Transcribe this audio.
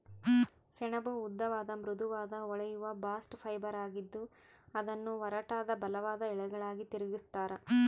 ಸೆಣಬು ಉದ್ದವಾದ ಮೃದುವಾದ ಹೊಳೆಯುವ ಬಾಸ್ಟ್ ಫೈಬರ್ ಆಗಿದ್ದು ಅದನ್ನು ಒರಟಾದ ಬಲವಾದ ಎಳೆಗಳಾಗಿ ತಿರುಗಿಸ್ತರ